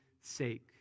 sake